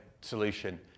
solution